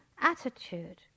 attitude